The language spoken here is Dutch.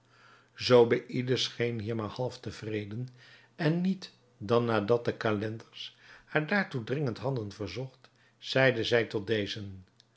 zobeïde scheen hier maar half tevreden en niet dan nadat de calenders haar daartoe dringend hadden verzocht zeide zij tot dezen